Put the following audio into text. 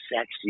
sexy